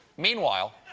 meanwhile,